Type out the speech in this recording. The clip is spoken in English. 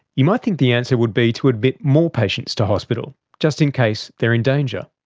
you might think the answer would be to admit more patients to hospital, just in case they're in danger.